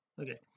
okay